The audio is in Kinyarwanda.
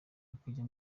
akajya